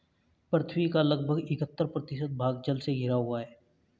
पृथ्वी का लगभग इकहत्तर प्रतिशत भाग जल से घिरा हुआ है